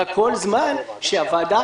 רק כל זמן שמחודד,